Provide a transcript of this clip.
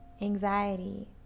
Anxiety